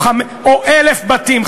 או 1,000 בתים,